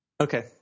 Okay